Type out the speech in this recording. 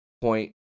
point